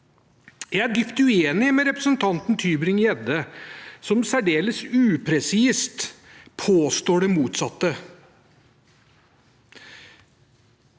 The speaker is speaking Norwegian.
Jeg er dypt uenig med representanten Tybring-Gjedde, som særdeles upresist påstår det motsatte.